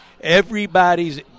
everybody's